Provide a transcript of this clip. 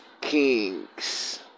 kings